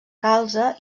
calze